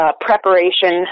preparation